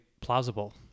plausible